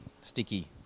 sticky